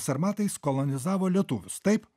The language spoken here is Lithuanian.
sarmatais kolonizavo lietuvius taip